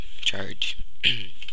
charge